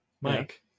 Mike